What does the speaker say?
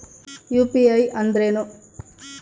UPI ಅಂದ್ರೇನು?